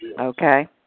Okay